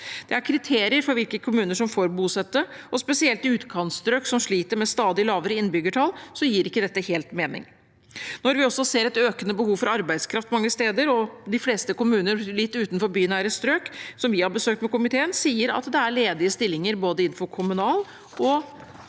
Det er kriterier for hvilke kommuner som får bostøtte, og spesielt i utkantstrøk, som sliter med stadig lavere innbyggertall, gir ikke dette helt mening. Vi ser også et økende behov for arbeidskraft mange steder, og de fleste kommuner litt utenfor bynære strøk som vi har besøkt med komiteen, sier at det er ledige stillinger, innenfor både kommunal